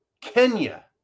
Kenya